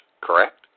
correct